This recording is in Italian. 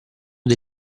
dei